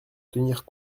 tenir